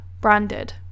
branded